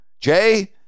Jay